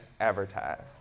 advertised